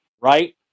right